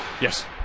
Yes